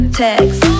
text